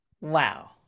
wow